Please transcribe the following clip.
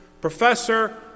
Professor